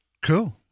Cool